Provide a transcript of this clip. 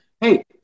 hey